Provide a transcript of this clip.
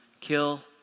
kill